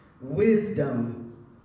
Wisdom